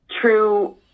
true